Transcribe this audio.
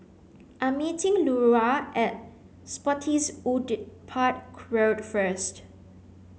I am meeting Lura at Spottiswoode Park Road first